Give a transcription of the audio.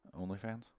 OnlyFans